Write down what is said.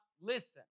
listen